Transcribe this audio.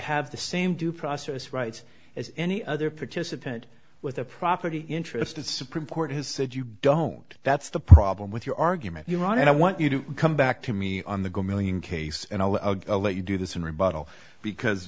have the same due process rights as any other participant with a property interest at supreme court has said you don't that's the problem with your argument you're wrong and i want you to come back to me on the go million case and i'll let you do this in rebuttal because